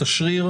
תשריר